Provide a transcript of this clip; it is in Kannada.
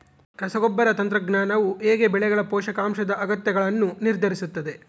ರಸಗೊಬ್ಬರ ತಂತ್ರಜ್ಞಾನವು ಹೇಗೆ ಬೆಳೆಗಳ ಪೋಷಕಾಂಶದ ಅಗತ್ಯಗಳನ್ನು ನಿರ್ಧರಿಸುತ್ತದೆ?